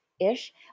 ish